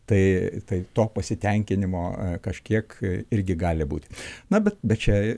tai tai to pasitenkinimo kažkiek irgi gali būti na bet čia